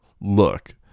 look